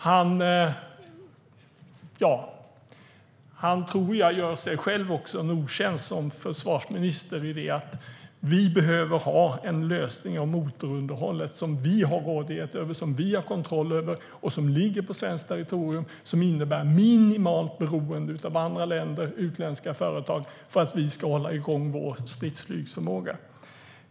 Han gör sig, tror jag, också själv en otjänst som försvarsminister i det att vi behöver ha en lösning av motorunderhållet som vi har rådighet och kontroll över, som ligger på svenskt territorium och som innebär ett minimalt beroende av andra länder och utländska företag för att vi ska hålla igång vår stridsflygsförmåga.